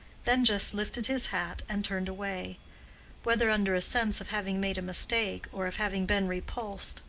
then just lifted his hat and turned away whether under a sense of having made a mistake or of having been repulsed,